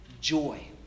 joy